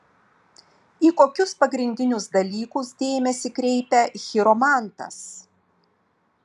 į kokius pagrindinius dalykus dėmesį kreipia chiromantas